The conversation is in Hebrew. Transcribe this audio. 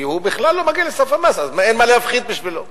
כי הוא בכלל לא מגיע לסף המס אז אין מה להפחית בשבילו,